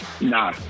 no